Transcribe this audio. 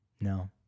No